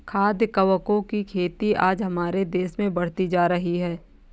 खाद्य कवकों की खेती आज हमारे देश में बढ़ती जा रही है